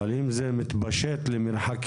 אבל אם זה מתפשט למרחקים,